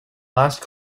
last